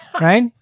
right